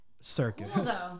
Circus